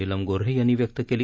नीलम गोन्हे यांनी व्यक्त केली